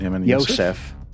Yosef